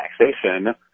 taxation